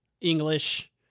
English